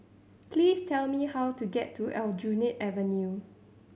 please tell me how to get to Aljunied Avenue